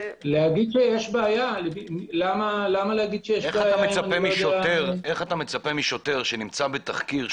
למה לומר שיש בעיה- -- איך אתה מצפה משוטר שנמצא בתחקיר,